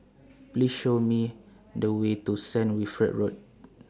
Please Show Me The Way to Saint Wilfred Road